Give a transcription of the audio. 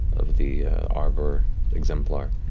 of the arbor exemplar.